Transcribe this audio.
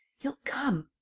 he'll come!